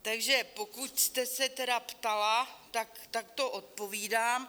Takže pokud jste se tedy ptala, tak takto odpovídám.